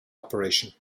operation